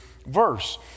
verse